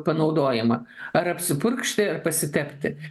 panaudojimą ar apsipurkšti ar pasitepti